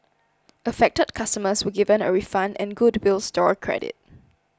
affected customers were given a refund and goodwill store credit